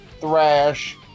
thrash